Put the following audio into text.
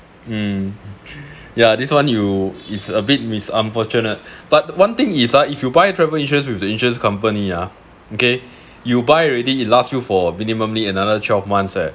hmm yeah this one you is a bit miss unfortunate but one thing is ah if you buy travel insurance with the insurance company ah okay you buy already it last you for minimumly another twelve months eh